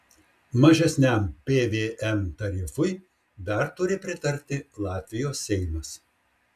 mažesniam pvm tarifui dar turi pritarti latvijos seimas